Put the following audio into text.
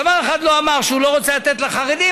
דבר אחד לא נאמר: שהיא לא רוצה לתת לחרדים,